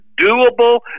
doable